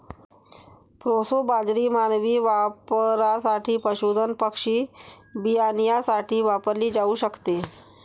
proso बाजरी मानवी वापरासाठी, पशुधन पक्षी बियाण्यासाठी वापरली जाऊ शकते